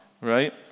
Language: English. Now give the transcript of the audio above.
right